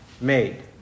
made